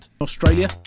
Australia